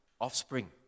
offspring